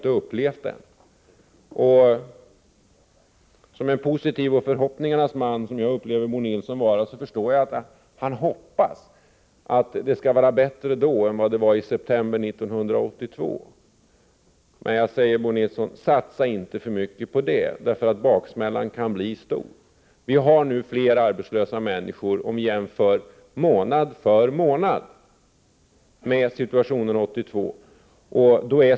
Jag upplever Bo Nilsson som en positiv och förhoppningsfull man, och jag förstår att han hoppas att det då skall vara bättre än vad det var i september 1982. Men satsa inte för mycket på den förhoppningen, Bo Nilsson. Baksmällan kan bli kraftig. Vi har i år haft fler arbetslösa människor om vi jämför månad för månad med situationen 1982.